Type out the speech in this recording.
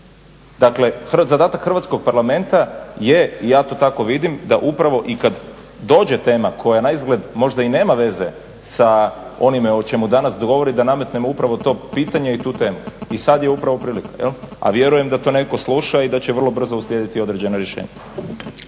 Dakle zadatak hrvatskog Parlamenta je i ja to tako vidim da upravo i kada dođe teme koja naizgled možda i nema veze sa onime o čemu danas govori da nametnemo upravo to pitanje i tu temu i sada je upravo prilika. A vjerujem da to netko sluša i da će vrlo brzo uslijediti određena rješenja.